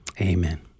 Amen